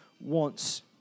wants